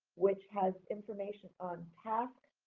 which has information on task,